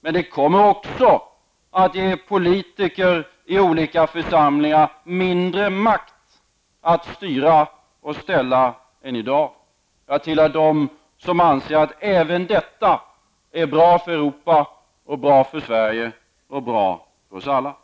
men det kommer att ge oss politiker i olika församlingar mindre makt att styra och ställa med än vi har i dag. Jag tycker att även detta är bra för Europa, Sverige och oss alla.